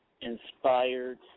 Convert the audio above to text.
inspired